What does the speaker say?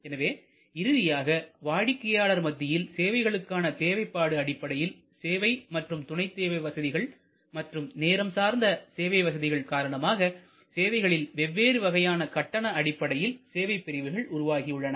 எனவே இறுதியாக வாடிக்கையாளர் மத்தியில் சேவைகளுக்கான தேவைப்பாடு அடிப்படையில் சேவை மற்றும் துணைச்சேவை வசதிகள் மற்றும் நேரம் சார்ந்த சேவை வசதிகள் காரணமாக சேவைகளில் வெவ்வேறு வகையான கட்டண அடிப்படையில் சேவைப் பிரிவுகள் உருவாகியுள்ளன